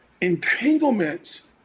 entanglements